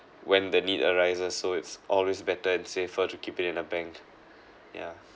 when the need arises so it's always better and safer to keep it in a bank yeah